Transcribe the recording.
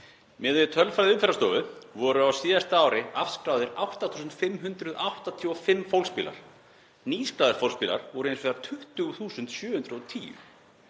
Miðað við tölfræði Umferðarstofu voru á síðasta ári afskráðir 8.585 fólksbílar. Nýskráðir fólksbílar voru hins vegar 20.710.